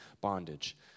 bondage